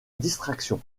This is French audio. distraction